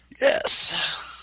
Yes